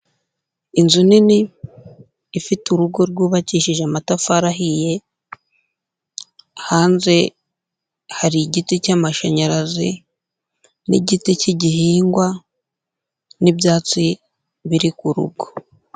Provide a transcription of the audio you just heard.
Inzu nini ifite urugo rwubakishije amatafari ahiye, hanze hari igiti cy'amashanyarazi n'igiti cy'igihingwa, n'ibyatsi biri ku rugo.